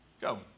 go